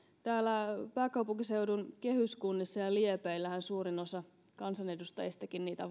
täällä pääkaupunkiseudun kehyskunnissa ja liepeillähän suurin osa kansanedustajistakin vastustaa niitä